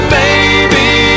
baby